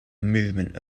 movement